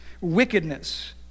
wickedness